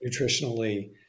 nutritionally